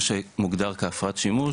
מה שמוגדר כהפרעת שימוש